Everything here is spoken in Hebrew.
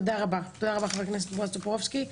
תודה רבה, חבר הכנסת בועז טופורובסקי.